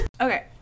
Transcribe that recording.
Okay